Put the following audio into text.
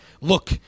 look